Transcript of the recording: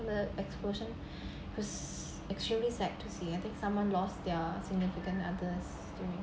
the explosion was extremely sad to say I think someone lost their significant others during